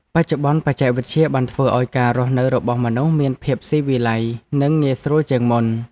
បច្ចុប្បន្ន បច្ចេកវិទ្យាបានធ្វើឱ្យការរស់នៅរបស់មនុស្សមានភាពស៊ីវិល័យ និងងាយស្រួលជាងមុន។